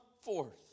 forth